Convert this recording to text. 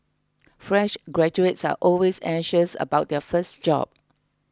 fresh graduates are always anxious about their first job